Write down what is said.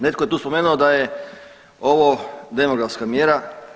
Netko je tu spomenuo da je ovo demografska mjera.